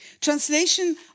Translation